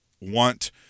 want